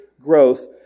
growth